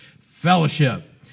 fellowship